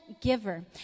giver